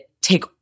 take